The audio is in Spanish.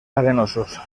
arenosos